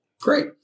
Great